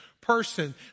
person